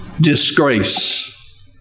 disgrace